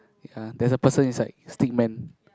ya there's a person inside Stick Man